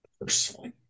personally